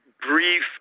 brief